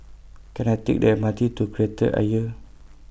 Can I Take The M R T to Kreta Ayer